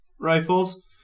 rifles